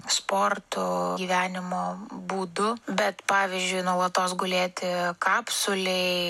sportu gyvenimo būdu bet pavyzdžiui nuolatos gulėti kapsulėj